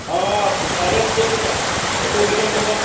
ᱦᱮᱸ ᱟᱞᱮ ᱪᱮᱫᱞᱮᱠᱟ ᱟᱛᱳᱼᱫᱤᱥᱚᱢ ᱠᱚᱫᱚ